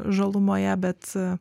žalumoje bet